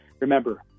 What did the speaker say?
Remember